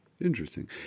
Interesting